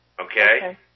Okay